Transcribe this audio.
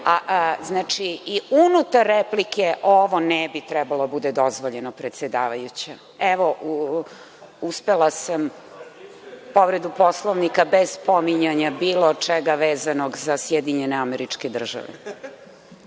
Znači, i unutar replike, ovo ne bi trebalo da bude dozvoljeno predsedavajuća. Evo, uspela sam povredu Poslovnika, bez spominjanja bilo čega vezanog za SAD. **Maja